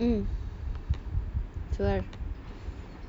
mm